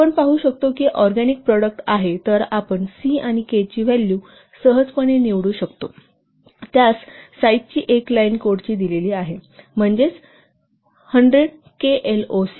आपण पाहु शकतो की हे ऑरगॅनिक प्रॉडक्ट आहे तर आपण 'c' आणि 'k' ची व्हॅल्यू सहजपणे निवडू शकतो त्यास साईज एक लाख लाईनची कोड दिली जाईल म्हणजेच 100 केएलओसि